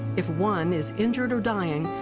if one is injured or dying,